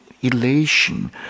elation